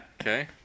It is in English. Okay